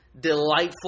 delightful